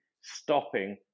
stopping